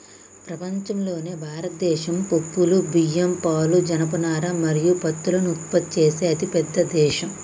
ప్రపంచంలోనే భారతదేశం పప్పులు, బియ్యం, పాలు, జనపనార మరియు పత్తులను ఉత్పత్తి చేసే అతిపెద్ద దేశం